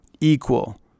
equal